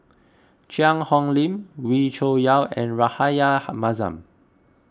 Cheang Hong Lim Wee Cho Yaw and Rahayu Mahzam